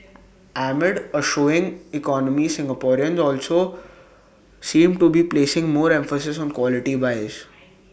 amid A slowing economy Singaporeans also seem to be placing more emphasis on quality buys